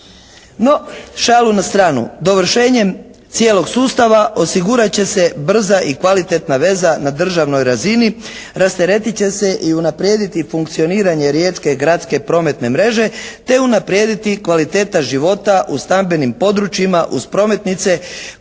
No, šalu na stranu. Dovršenjem cijelog sustava osigurat će se brza i kvalitetna veza na državnoj razini. Rasteretit će se i unaprijediti funkcioniranje riječke gradske prometne mreže te unaprijediti kvaliteta života u stambenim područjima uz prometnice koje su